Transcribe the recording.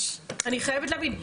אני חייבת להבין,